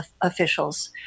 officials